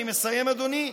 אני מסיים, אדוני.